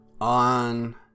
on